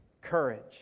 courage